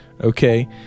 Okay